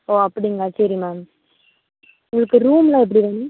ஓ அப்படிங்களா சரி மேம் உங்களுக்கு ரூம்லாம் எப்படி வேணும்